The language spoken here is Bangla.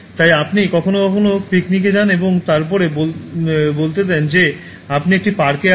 তাই আপনি কখনও কখনও পিকনিকে যান এবং তারপরে বলতে দেন যে আপনি একটি পার্কে রয়েছেন